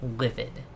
livid